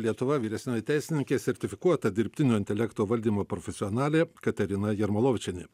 lietuva vyresnioji teisininkė sertifikuota dirbtinio intelekto valdymo profesionalė katerina jarmolavičienė